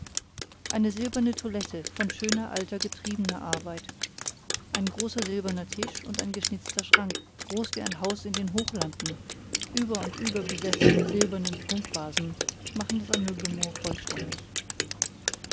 eine silberne toilette von schöner alter getriebener arbeit ein großer silberner tisch und ein geschnitzter schrank groß wie ein haus in den hochlanden über und über besetzt mit silbernen prunkvasen machen das ameublement vollständig